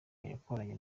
yakoranye